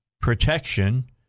protection